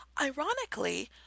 Ironically